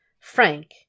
Frank